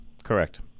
Correct